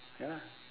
ya lah